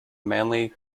manly